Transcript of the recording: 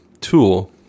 tool